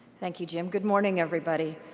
thank you, jim. good morning, everybody.